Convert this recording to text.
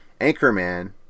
Anchorman